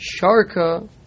Sharka